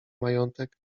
majątek